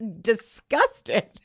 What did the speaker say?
disgusted